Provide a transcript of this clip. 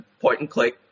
point-and-click